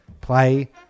play